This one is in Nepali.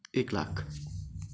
एक लाख